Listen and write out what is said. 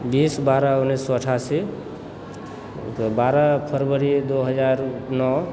बीस बारह उन्नैस सए अठासी बारह फरवरी दो हजार नओ